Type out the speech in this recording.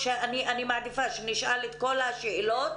אני מעדיפה שנשאל את כל השאלות,